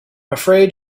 afraid